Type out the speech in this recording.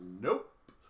nope